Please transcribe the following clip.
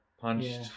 Punched